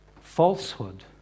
falsehood